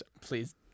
Please